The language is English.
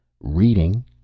Reading